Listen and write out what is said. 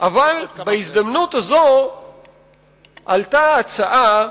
אבל בהזדמנות הזאת עלתה ההצעה,